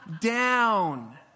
down